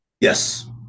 Yes